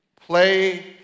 Play